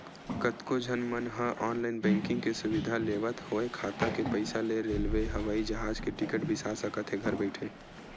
कतको झन मन ह ऑनलाईन बैंकिंग के सुबिधा लेवत होय खाता के पइसा ले रेलवे, हवई जहाज के टिकट बिसा सकत हे घर बइठे